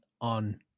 on